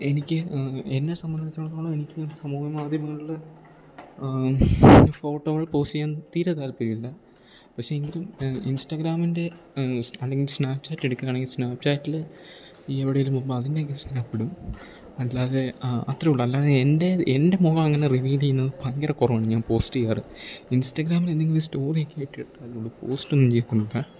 എനിക്ക് എന്നെ സംബന്ധിച്ചെടുത്തോളം എനിക്ക് സമൂഹ മാധ്യമങ്ങളിൽ ഫോട്ടോകൾ പോസ്റ്റ് ചെയ്യാൻ തീരെ താല്പ്പര്യം ഇല്ല പക്ഷേ എങ്കിലും ഇൻസ്റ്റാഗ്രാമിൻ്റെ സ് അല്ലെങ്കിൽ സ്നാപ്പ് ചാറ്റെട്ക്കാണെങ്കിൽ സ്നാപ് ചാറ്റില് ഈ എവിടേലും പോവുമ്പം അതിന്റെയെക്കെ സ്നാപ്പിടും അല്ലാതെ അത്രേ ഉള്ളൂ അല്ലാതെ എൻ്റെത് എൻ്റെ മുഖം അങ്ങനെ റിവീൽ ചെയ്യുന്നത് ഭയങ്കര കുറവാണ് ഞാൻ പോസ്റ്റെ ചെയ്യാറ് ഇൻസ്റ്റഗ്രാമിൽ എന്തെങ്കിലും ഒരു സ്റ്റോറിയെക്കെ ഇട്ടിട്ടാലേ ഉള്ളൂ പോസ്റ്റൊന്നും ചെയ്യത്തൊന്നൂല്ല